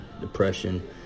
depression